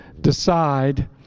decide